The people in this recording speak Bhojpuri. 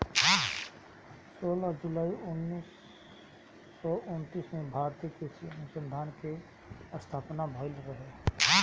सोलह जुलाई उन्नीस सौ उनतीस में भारतीय कृषि अनुसंधान के स्थापना भईल रहे